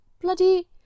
bloody